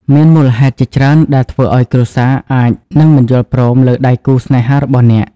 មានមូលហេតុជាច្រើនដែលធ្វើឲ្យគ្រួសារអាចនឹងមិនយល់ព្រមលើដៃគូស្នេហារបស់អ្នក។